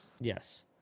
Yes